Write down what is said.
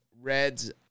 Reds